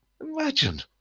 imagine